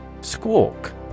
Squawk